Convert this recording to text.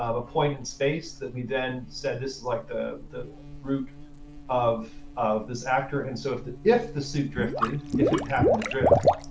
point in space that we then said, this is like the the root of of this actor. and so if the if the suit drifted, if it happened to drift,